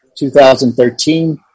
2013